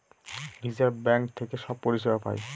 reserve Bank থেকে সব পরিষেবা পায়